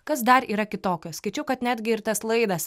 kas dar yra kitokio skaičiau kad netgi ir tas laidas